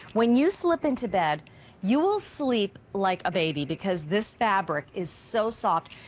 when you slip into bed you will sleep like a baby because this fabric is so soft.